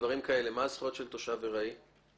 מה הזכויות של תושב ארעי?